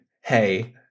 hey